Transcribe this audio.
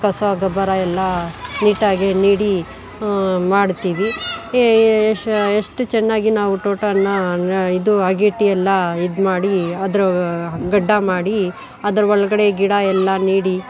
ಈ ಕಸ ಗೊಬ್ಬರ ಎಲ್ಲ ನೀಟಾಗಿ ನೀಡಿ ಮಾಡ್ತೀವಿ ಎಷ್ಟು ಚೆನ್ನಾಗಿ ನಾವು ತೋಟನ ಇದು ಅಗೇಡಿಯೆಲ್ಲ ಇದು ಮಾಡಿ ಅದ್ರ ಗಡ್ಢಾ ಮಾಡಿ ಅದ್ರ ಒಳಗಡೆ ಗಿಡ ಎಲ್ಲ ನೀಡಿ